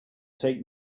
take